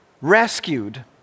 rescued